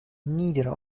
neither